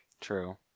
True